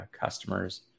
customers